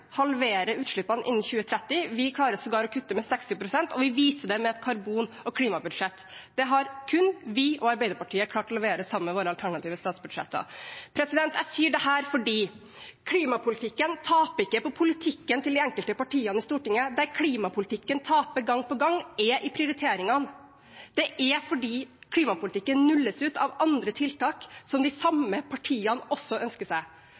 halvere utslippene innen 2030. Vi klarer sågar å kutte med 60 pst., og vi viser det med et karbon- og klimabudsjett. Det har kun vi og Arbeiderpartiet klart å levere sammen med våre alternative statsbudsjett. Jeg sier dette fordi klimapolitikken taper ikke på politikken til de enkelte partiene i Stortinget. Der klimapolitikken taper gang på gang, er i prioriteringene. Det er fordi klimapolitikken nulles ut av andre tiltak som de samme partiene også ønsker seg.